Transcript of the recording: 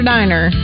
Diner